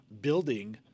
building